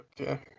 Okay